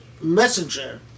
messenger